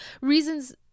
reasons